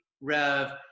rev